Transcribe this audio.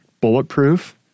bulletproof